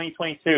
2022